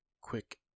Quick